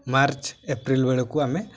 March April ବେଳକୁ ଆମେ